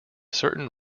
certain